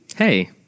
Hey